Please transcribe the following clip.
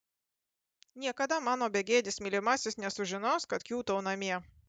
niekada mano begėdis mylimasis nesužinos kad kiūtau namie